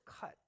cut